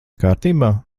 kārtībā